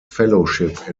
fellowship